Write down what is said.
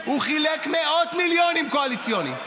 הוא חילק מאות מיליונים כספים קואליציוניים.